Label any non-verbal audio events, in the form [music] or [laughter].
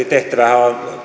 [unintelligible] tehtävähän on